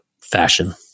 fashion